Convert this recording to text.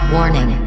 Warning